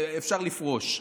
אפשר לפרוש.